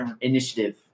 Initiative